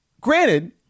granted